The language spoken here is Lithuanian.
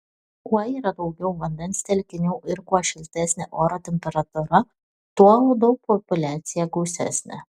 kuo yra daugiau vandens telkinių ir kuo šiltesnė oro temperatūra tuo uodų populiacija gausesnė